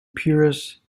puris